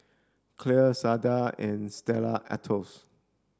Clear Sadia and Stella Artois